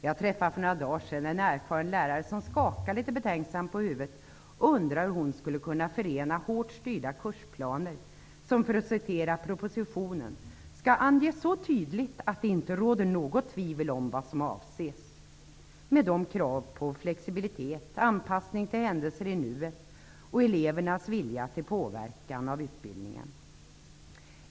Jag träffade för några dagar sedan en erfaren lärare som skakade litet betänksamt på huvudet och undrade hur hon skulle kunna förena hårt styrda kursplaner som för att citera propositionen ''skall anges så tydligt att det inte råder något tvivel om vad som avses'' med de krav på flexibilitet, anpassning till händelser i nuet och elevernas vilja till påverkan av utbildningen.